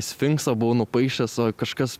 sfinksą buvau nupaišęs o kažkas